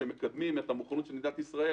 שמקדמים את המוכנות של מדינת ישראל